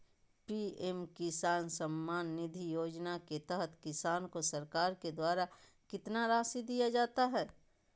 PM किसान सम्मान निधि योजना के तहत किसान को सरकार के द्वारा कितना रासि दिया जाता है?